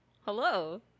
hello